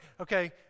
okay